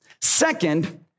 Second